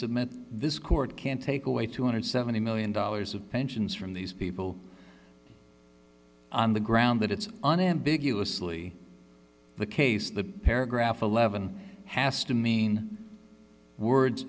submit this court can't take away two hundred and seventy million dollars of pensions from these people on the ground that it's an ambiguous lee the case the paragraph eleven has to mean words